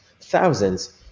thousands